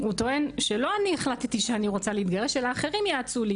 הוא טוען שלא אני החלטתי שאני רוצה להתגרש אלא אחרים ייעצו לי